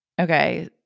okay